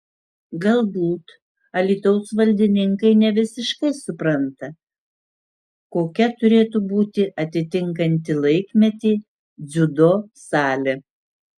galbūt alytaus valdininkai ne visiškai supranta kokia turėtų būti atitinkanti laikmetį dziudo salė